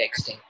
texting